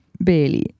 barely